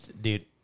dude